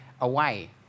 away